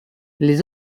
les